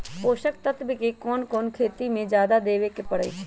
पोषक तत्व क कौन कौन खेती म जादा देवे क परईछी?